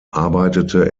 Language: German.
arbeitete